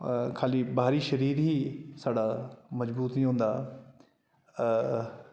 खाली बाहरी शरीर ई साढ़ा मजबूत निं होंदा अ